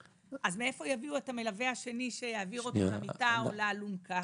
אז מאיפה יביאו את המלווה השני שיעביר אותו למיטה או לאלונקה?